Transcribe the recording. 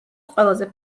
ყველაზე